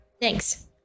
Thanks